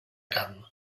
camp